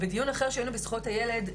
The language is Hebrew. בדיון אחר שהיינו זכויות הילד,